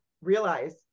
realize